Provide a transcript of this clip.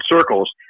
circles